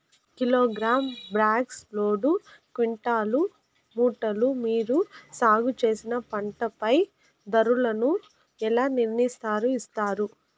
Kilogram, box, load, quintal, మూటలు మీరు సాగు చేసిన పంటపై ధరలను ఎలా నిర్ణయిస్తారు యిస్తారు?